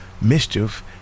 mischief